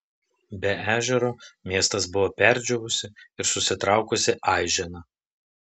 be ežero miestas buvo perdžiūvusi ir susitraukusi aižena